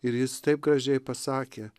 ir jis taip gražiai pasakė